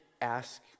ask